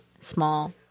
small